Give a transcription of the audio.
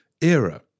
era